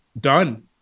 done